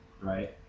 right